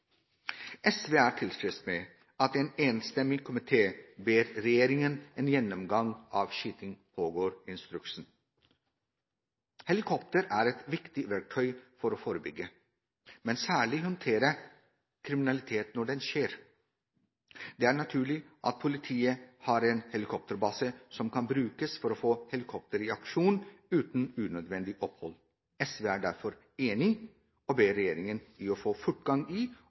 SV er tilfreds med at en enstemmig komité ber regjeringen om en gjennomgang av «skyting pågår»-instruksen. Helikopter er et viktig verktøy for å forebygge, men særlig for å håndtere kriminalitet når den skjer. Det er naturlig at politiet har en helikopterbase som kan brukes for å få helikopter i aksjon uten unødvendig opphold. SV er derfor enig og ber regjering å få fortgang i å finne egnet tomt for en helikopterbase i